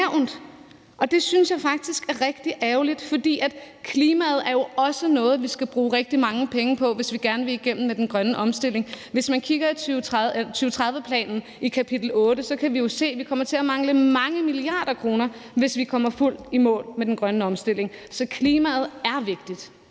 Det synes jeg faktisk er rigtig ærgerligt, for klimaet er jo også noget, vi skal bruge rigtig mange penge på, hvis vi gerne vil igennem med den grønne omstilling. Hvis man kigger i kapitel 8 i 2030-planen, kan man jo se, at vi kommer til at mangle mange milliarder kroner, hvis vi kommer fuldt i mål med den grønne omstilling. Så klimaet er vigtigt.